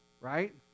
Right